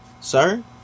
sir